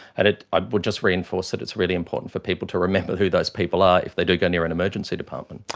and i ah would just reinforce that it's really important for people to remember who those people are if they do go near an emergency department.